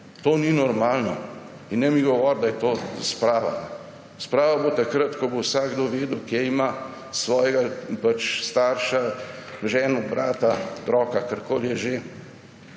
To ni normalno. In ne mi govoriti, da je to sprava. Sprava bo takrat, ko bo vsakdo vedel, kje ima svojega starša, ženo, brata, otroka, karkoli je že